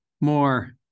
more